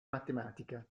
matematica